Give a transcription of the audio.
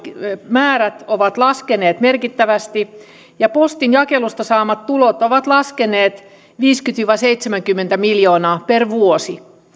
määrät ovat laskeneet merkittävästi ja postin jakelusta saamat tulot ovat laskeneet viisikymmentä viiva seitsemänkymmentä miljoonaa per vuosi